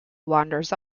wanders